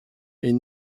est